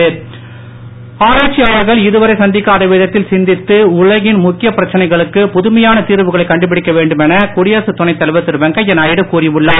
வெங்கைய நாயுடு ஆராய்ச்சியாளர்கள் இதுவரை சிந்திக்காத விதத்தில் சிந்தித்து உலகின் முக்கிய பிரச்சனைகளுக்கு புதுமையான தீர்வுகளை கண்டு பிடிக்க வேண்டுமென குடியரசு துணைத் தலைவர் திரு வெங்கையநாயுடு கூறி உள்ளார்